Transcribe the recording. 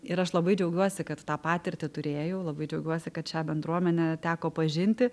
ir aš labai džiaugiuosi kad tą patirtį turėjau labai džiaugiuosi kad šią bendruomenę teko pažinti